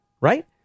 right